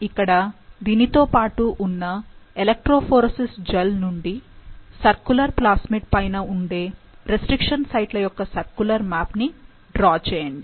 ఇక్కడ దీనితో పాటు ఉన్న ఎలెక్ట్రోఫోరేసిస్ జెల్ నుండి సర్కులర్ ప్లాస్మిడ్ పైన ఉండే రెస్ట్రిక్షన్ సైట్ల యొక్క సర్కులర్ మ్యాప్ ని డ్రా చేయండి